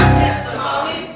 testimony